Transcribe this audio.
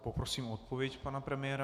Poprosím o odpověď pana premiéra.